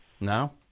no